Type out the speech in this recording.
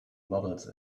models